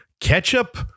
ketchup